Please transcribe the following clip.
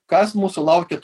kas mūsų laukia